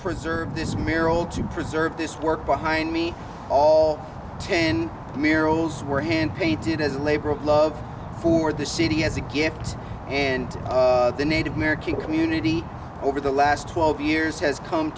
preserve this mere old to preserve this work behind me all ten mere rolls were hand painted as a labor of love for the city as a gift and the native american community over the last twelve years has come